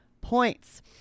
points